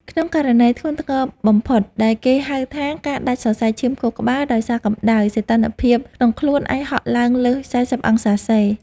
ក្នុងករណីធ្ងន់ធ្ងរបំផុត ដែលគេហៅថាការដាច់សរសៃឈាមខួរក្បាលដោយសារកម្ដៅ សីតុណ្ហភាពក្នុងខ្លួនអាចហក់ឡើងលើស ៤០ អង្សាសេ។